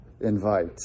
Invite